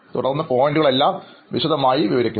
തുടർന്ന് പോയിൻറ്കൾ എല്ലാം വിശദമായി വിവരിക്കുന്നു